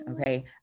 okay